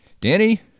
Danny